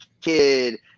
kid